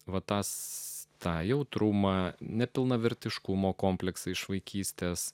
matantis tą jautrumą nepilnavertiškumo kompleksą iš vaikystės